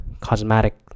cosmetic